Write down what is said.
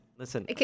Listen